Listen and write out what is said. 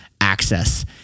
access